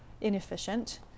inefficient